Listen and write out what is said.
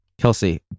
Kelsey